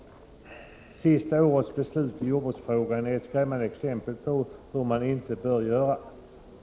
Det senaste årets beslut i jordbruksfrågan är ett skrämmande exempel på hur man inte bör göra.